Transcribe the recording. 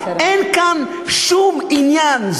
אין כאן שום עניין,